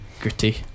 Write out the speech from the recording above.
Gritty